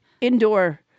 Indoor